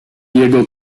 jego